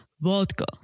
vodka